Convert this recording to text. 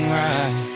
right